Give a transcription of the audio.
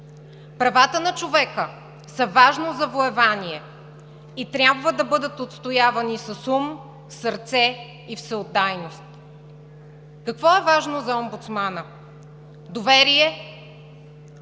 Правата на човека са важно завоевание и трябва да бъдат отстоявани с ум, сърце и всеотдайност. Какво е важно за омбудсмана? Доверие,